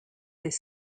des